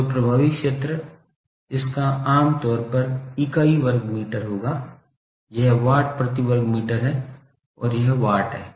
तो प्रभावी क्षेत्र इसका आम तौर पर इकाई वर्ग मीटर होगा यह वाट प्रति वर्ग मीटर है और यह वाट है